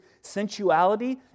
sensuality